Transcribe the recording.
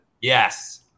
Yes